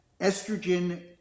estrogen